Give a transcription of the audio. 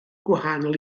gwahanol